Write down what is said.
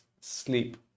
sleep